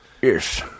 Yes